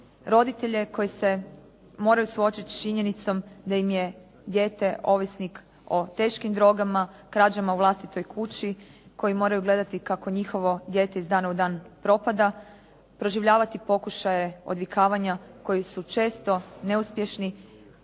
roditelje koji se moraju suočit s činjenicom da im je dijete ovisnik o teškim drogama, krađama u vlastitoj kući, koji moraju gledati kako njihovo dijete iz dana u dan propada, proživljavati pokušaje odvikavanja koji su često neuspješni